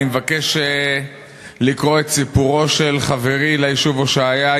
אני מבקש לקרוא את סיפורו של חברי ליישוב הושעיה,